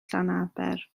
llanaber